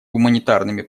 гуманитарными